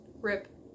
Rip